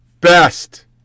best